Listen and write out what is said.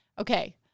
Okay